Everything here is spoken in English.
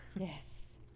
Yes